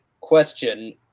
question